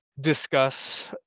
discuss